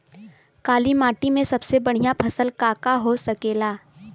काली माटी में सबसे बढ़िया फसल का का हो सकेला?